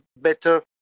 better